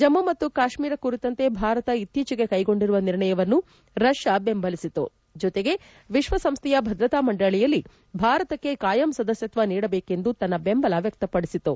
ಜಮ್ಮು ಮತ್ತು ಕಾಶ್ಟೀರ ಕುರಿತಂತೆ ಭಾರತ ಇತ್ತೀಚೆಗೆ ಕೈಗೊಂಡಿರುವ ನಿರ್ಣಯವನ್ನು ರಷ್ಯಾ ಬೆಂಬಲಿಸಿತು ಜೊತೆಗೆ ವಿಶ್ವಸಂಸ್ಥೆಯ ಭದ್ರತಾ ಮಂಡಳಿಯಲ್ಲಿ ಭಾರತಕ್ಕೆ ಕಾಯಂ ಸದಸ್ಯತ್ವ ನೀಡಬೇಕು ಎಂದು ತನ್ನ ಬೆಂಬಲ ವ್ಯಕ್ತಪಡಿಸಿತು